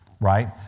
right